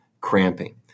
cramping